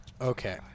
Okay